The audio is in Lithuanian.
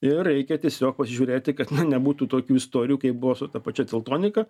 ir reikia tiesiog pasižiūrėti kad nebūtų tokių istorijų kaip buvo su ta pačia teltonika